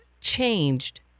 changed